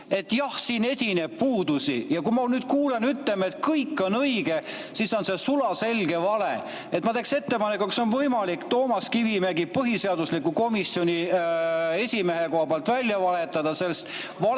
et jah, siin esineb puudusi. Ja kui ma nüüd kuulen, et, ütleme, et kõik on õige, siis on see sulaselge vale. Ma teen ettepaneku: kas on võimalik Toomas Kivimägi põhiseaduskomisjoni esimehe koha pealt välja vahetada, sest valetamine